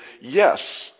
yes